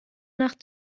nach